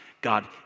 God